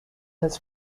his